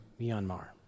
Myanmar